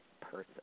person